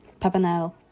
Papanel